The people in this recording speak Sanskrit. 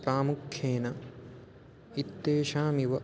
प्रामुख्येन इत्येतेषामेव